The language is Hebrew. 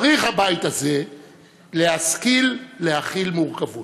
צריך הבית הזה להשכיל להכיל מורכבות,